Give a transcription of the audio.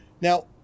Now